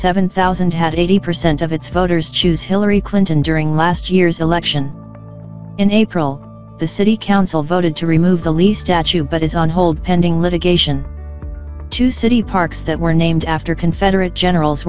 seven thousand had eighty percent of its voters choose hillary clinton during last year's election in april the city council voted to remove the least at you but is on hold pending litigation two city parks that were named after confederate generals